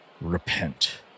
Repent